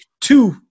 two